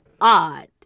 odd